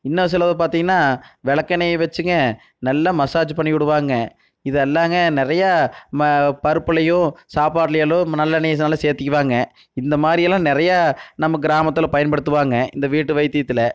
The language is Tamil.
இன்னும் சிலபேர் பார்த்தீங்கன்னா விளக்கெண்ணைய வச்சுங்க நல்லா மசாஜு பண்ணி விடுவாங்க இது எல்லாங்க நிறையா ம பருப்புலேயும் சாப்பாட்டுலேலும் நல்லெண்ணெயை நல்ல சேர்த்திக்கிவாங்க இந்த மாதிரி எல்லாம் நிறையா நம்ம கிராமத்தில் பயன்படுத்துவாங்க இந்த வீட்டு வைத்தியத்தில்